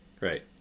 Right